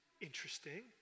interesting